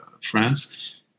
France